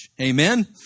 Amen